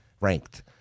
ranked